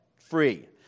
free